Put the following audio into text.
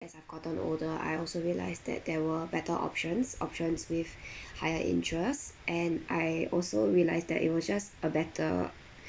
as I've gotten older I also realised that there were better options options with higher interest and I also realised that it was just a better